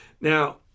Now